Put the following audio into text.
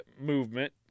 movement